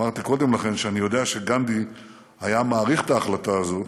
אמרתי קודם לכן שאני יודע שגנדי היה מעריך את ההחלטה הזאת,